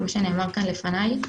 כמו שנאמר כאן לפניי,